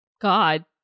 God